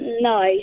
no